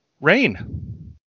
Rain